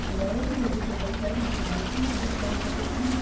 hello vegetable shop હું તમારી શું મદદ કરી શકું છું